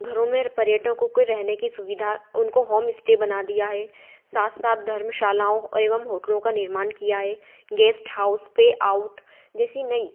घरों में पर्यटकों के रहने की सुविधा उनको होम इस्टे बना दिया है साथ साथ धर्मशालाओं एवम होटलों का निर्माण किया हे गेस्ट हाउस पे आउट जैसी नई